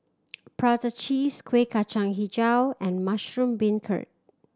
prata cheese Kueh Kacang Hijau and mushroom beancurd